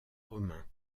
romains